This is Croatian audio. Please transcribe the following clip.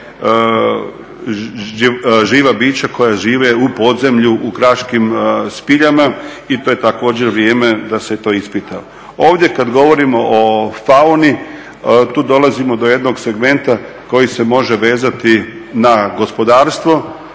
živa bića koja žive u podzemlju u Kraškim spiljama i to je također vrijeme da se to ispita. Ovdje kada govorimo o fauni tu dolazimo do jednog segmenta koji se može vezati na gospodarstvo